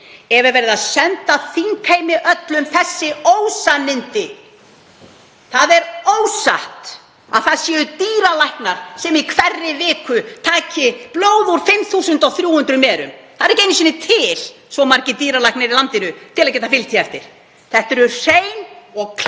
skilið svona, að senda þingheimi öllum þessi ósannindi? Það er ósatt að það séu dýralæknar sem í hverri viku taki blóð úr 5.300 merum. Það er ekki einu sinni til svo margir dýralæknir í landinu að geta fylgt því eftir. Þetta eru hrein og klár